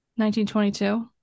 1922